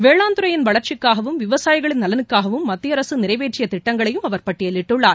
வேளான்துறையின் வளர்ச்சிக்னகவும் விவசாயிகளின் நலனுக்காகவும் மத்திய அரசு நிறைவேற்றிய திட்டங்களையும் அவர் பட்டியலிட்டுள்ளார்